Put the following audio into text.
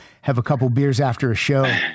have-a-couple-beers-after-a-show